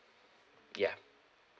ya